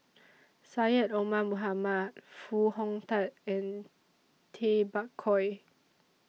Syed Omar Mohamed Foo Hong Tatt and Tay Bak Koi